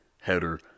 header